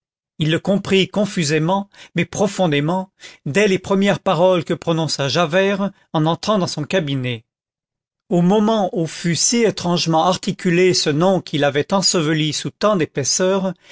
il le comprit confusément mais profondément dès les premières paroles que prononça javert en entrant dans son cabinet au moment où fut si étrangement articulé ce nom qu'il avait enseveli sous tant d'épaisseurs